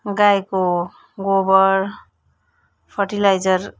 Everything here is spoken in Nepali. गाईको गोबर फर्टिलाइजर